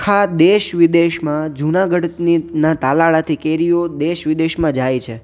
આખા દેશ વિદેશમાં જુનાગઢની ના તાલાળાથી કેરીઓ દેશ વિદેશમાં જાય છે